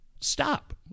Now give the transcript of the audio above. Stop